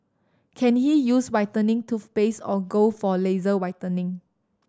can he use whitening toothpaste or go for laser whitening